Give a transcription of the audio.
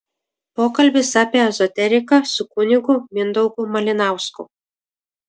pokalbis apie ezoteriką su kunigu mindaugu malinausku